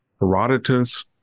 Herodotus